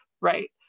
right